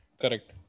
Correct